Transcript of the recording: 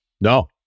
No